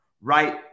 Right